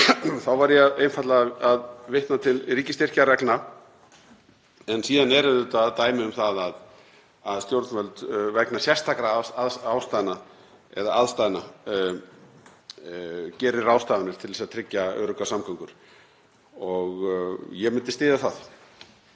þá var ég einfaldlega að vitna til ríkisstyrkjareglna. En síðan eru auðvitað dæmi um það að stjórnvöld, vegna sérstakra ástæðna eða aðstæðna, geri ráðstafanir til að tryggja öruggar samgöngur. Ég myndi styðja það.